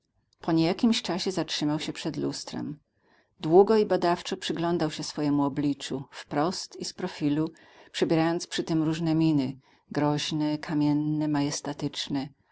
myśleć po niejakimś czasie zatrzymał się przed lustrem długo i badawczo przyglądał się swojemu obliczu wprost i z profilu przybierając przy tym różne miny groźne kamienne majestatyczne